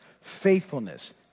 faithfulness